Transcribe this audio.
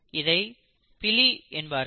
இதை பிலி என்பார்கள்